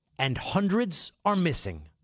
and hundreds are missing.